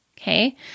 Okay